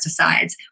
pesticides